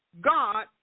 God